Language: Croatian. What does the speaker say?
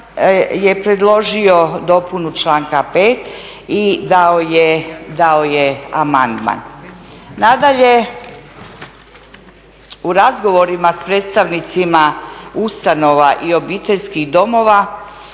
je predložio dopunu članka 5.i dao je amandman. Nadalje, u razgovorima s predstavnicima ustanova i obiteljskih domova